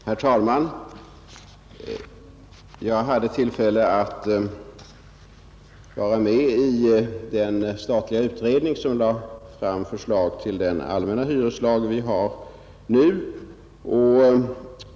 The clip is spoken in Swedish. Herr talman! Jag hade tillfälle att vara med i den statliga utredning som lade fram förslag till den nuvarande allmänna hyreslagen.